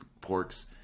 porks